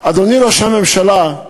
אדוני ראש הממשלה.